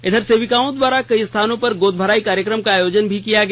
इधर सेविकाओं द्वारा कई स्थानों पर गोदभराई कार्यक्रम का आयोजन भी किया गया